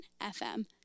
FM